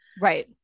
Right